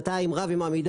שנתיים אני רב עם עמידר.